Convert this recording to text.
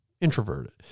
introverted